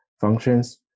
functions